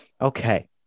Okay